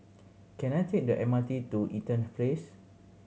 can I take the M R T to Eaton Place